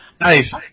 nice